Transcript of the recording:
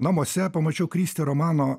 namuose pamačiau kristi romano